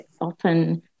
often